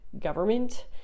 government